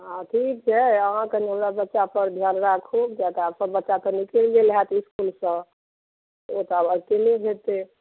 हाँ ठीक छै अहाँ कनि हमरा बच्चा पर ध्यान राखू किआ तऽ अपन बच्चा तऽ निकलि गेल होयत इसकुलसँ ओ तऽ आब अकेले जयतै